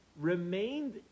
remained